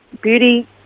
beauty